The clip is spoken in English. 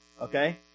okay